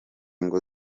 ngo